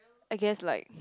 I guess like